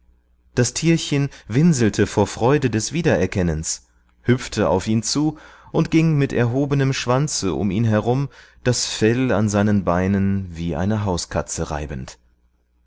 das tierchen winselte vor freude des wiedererkennens hüpfte auf ihn zu und ging mit erhobenem schwanze um ihn herum das fell an seinen beinen wie eine hauskatze reibend